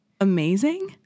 amazing